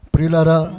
Prilara